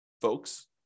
folks